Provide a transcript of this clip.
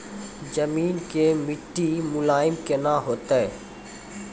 जमीन के मिट्टी मुलायम केना होतै?